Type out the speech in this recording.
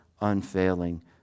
unfailing